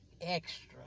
extra